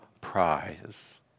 prize